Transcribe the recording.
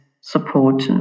support